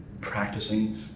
practicing